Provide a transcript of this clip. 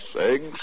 Eggs